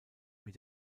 mit